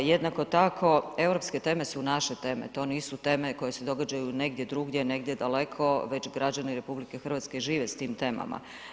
Jednako tako europske teme su naše teme, to nisu teme koje se događaju negdje drugdje, negdje daleko već građani RH žive s tim temama.